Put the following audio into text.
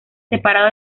separado